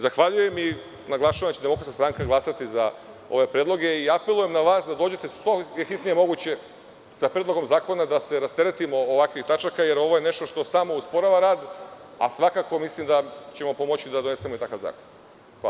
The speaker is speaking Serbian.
Zahvaljujem i naglašavam da će DS glasati za ove predloge i apelujem na vas da dođete što hitnije moguće sa predlogom zakona da se rasteretimo ovakvih tačaka jer ovo je nešto što samo usporava rad, a svakako mislim da ćemo pomoći da donesemo takav zakon.